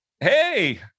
hey